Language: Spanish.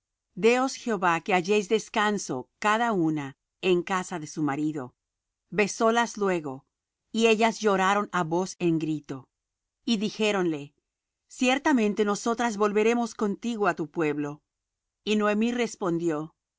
déos jehová que halléis descanso cada una en casa de su marido besólas luego y ellas lloraron á voz en grito y dijéronle ciertamente nosotras volveremos contigo á tu pueblo y noemi respondió